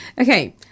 Okay